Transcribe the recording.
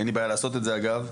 אין לי בעיה לעשות את זה, אגב.